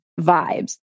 vibes